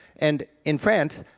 and in france,